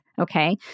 okay